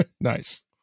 nice